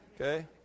Okay